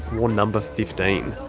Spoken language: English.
wore number fifteen.